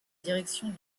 direction